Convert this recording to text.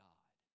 God